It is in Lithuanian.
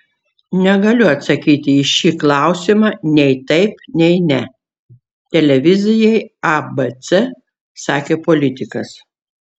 negaliu atsakyti į šį klausimą nei taip nei ne televizijai abc sakė politikas